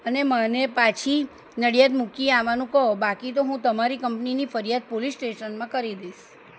અને મને પાછી નડીયાદ મૂકી આવવાનું કહો બાકી તો હું તમારી કંપનીની ફરિયાદ પોલીસ ટેશનમાં કરી દઈશ